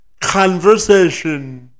conversation